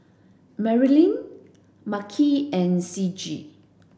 Marilynn Makhi and Ciji